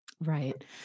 Right